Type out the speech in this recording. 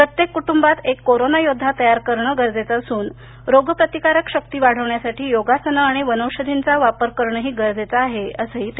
प्रत्येक कुटुबांत एक कोरानायोध्दा तयार करणं गरजेचं असून रोगप्रतिकारक शक्ती वाढविण्यासाठी योगासने आणि वनौषधींचा वापर करणेही गरजेचे आहे असंही त्यांनी सांगितले